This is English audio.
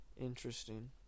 Interesting